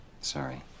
Sorry